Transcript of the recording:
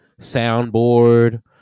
soundboard